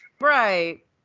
Right